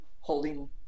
holding